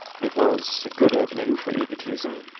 it was a good opening for egotism,